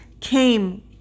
came